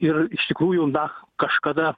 ir iš tikrųjų na kažkada